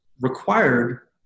required